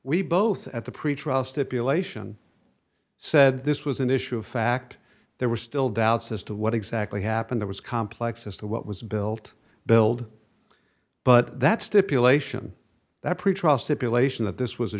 we both at the pretrial stipulation said this was an issue of fact there were still doubts as to what exactly happened it was complex as to what was built build but that stipulation that preach to people ation that this was a